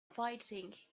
fighting